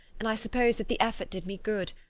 and i suppose that the effort did me good,